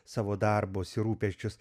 savo darbus ir rūpesčius